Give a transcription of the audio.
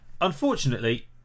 Unfortunately